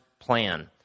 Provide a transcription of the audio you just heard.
plan